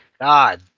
God